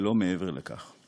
ולא מעבר לכך.